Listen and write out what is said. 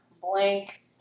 blank